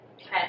Okay